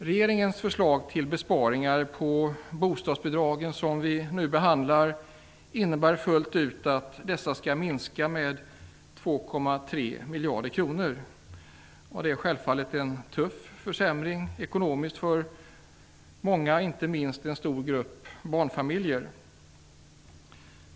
Regeringens förslag till besparingar på bostadsbidragen som vi nu behandlar, innebär fullt ut att dessa skall minska med 2,3 miljarder kronor. Det är självfallet en tuff ekonomisk försämring för många, inte minst en stor grupp barnfamiljer.